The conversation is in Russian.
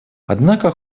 однако